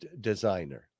designer